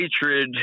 hatred